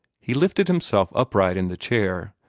he lifted himself upright in the chair,